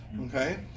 okay